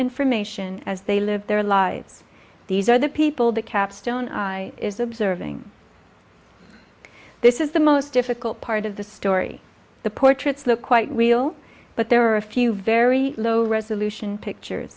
information as they live their lives these are the people the capstone is observing this is the most difficult part of the story the portraits look quite real but there are a few very low resolution pictures